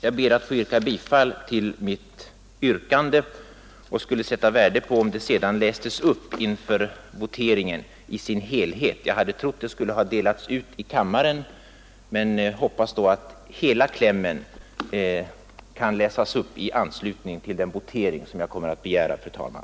Jag ber att få yrka bifall till mitt yrkande och skulle sätta värde på om det sedan lästes upp i sin helhet inför voteringen. Jag hade trott att det skulle ha delats ut i kammaren, men hoppas nu att hela klämmen skall läsas upp i anslutning till den votering som jag kommer att begära, fru talman.